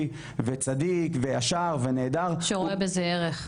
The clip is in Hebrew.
וצדיק וישר ונהדר --- שרואה בזה ערך.